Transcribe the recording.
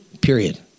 period